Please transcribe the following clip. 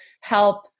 help